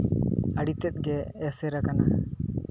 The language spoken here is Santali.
ᱟᱹᱰᱤ ᱛᱮᱫ ᱜᱮ ᱮᱥᱮᱨ ᱟᱠᱟᱱᱟ